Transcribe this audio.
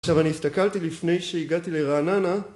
עכשיו אני הסתכלתי לפני שהגעתי לרעננה